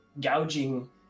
gouging